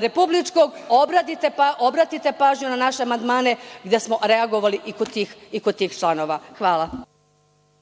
republičkog budžeta, da obratite pažnju na naše amandmane gde smo reagovali i kod tih članova. Hvala.